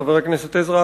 חבר הכנסת עזרא,